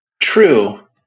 True